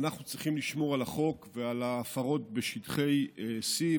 אנחנו צריכים לשמור על החוק ועל ההפרות בשטחי C,